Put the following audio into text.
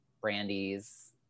brandy's